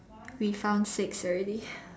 we found six already